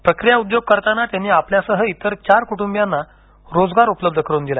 प्रक्रिया उद्योग करताना त्यांनी आपल्यासह इतर चार कुटुंबीयांना रोजगार उपलब्ध करून दिला